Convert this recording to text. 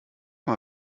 mal